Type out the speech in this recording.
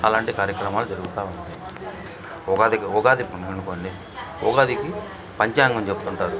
అలాంటి కార్యక్రమాలు జరుగుతా ఉంటాయి ఉగాదికి ఉగాది పండగనుకోండి ఉగాదీకి పంచాంగం చెప్తుంటారు